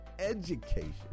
education